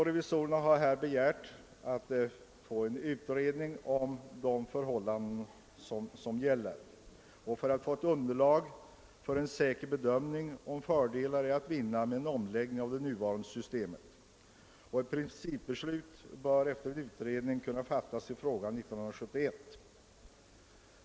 Revisorerna har alltså begärt en utredning om förhållandena i syfte att erhålla ett underlag för en säker bedömning av frågan om fördelar är att vinna med en omläggning av det nuvarande systemet. Efter utredning bör ett principbeslut kunna fattas i frågan år 1971.